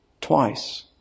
Twice